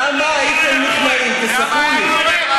כמה הייתם נכנעים, תספרו לי.